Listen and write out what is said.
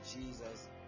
Jesus